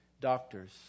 doctors